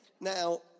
now